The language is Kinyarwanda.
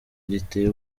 giteye